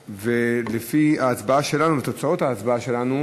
ולפי ההצבעה שלנו, תוצאות ההצבעה שלנו,